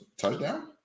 touchdown